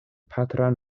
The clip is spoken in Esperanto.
patran